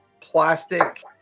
plastic